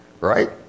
Right